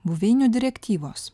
buveinių direktyvos